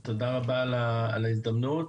רבה על ההזדמנות.